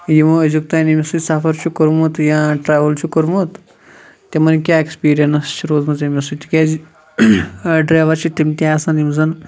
یِمو أزیُک تام امس سۭتۍ سَفَر چھُ کوٚرمُت یا ٹریٚوٕل چھُ کوٚرمُت تِمَن کیاہ ایٚکٕسپیریَنٕس چھِ روٗزمٕژ أمس سۭتۍ تِکیازِ ڈرَیوَر چھِ تِم تہِ آسان یِم زَن